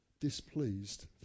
displeased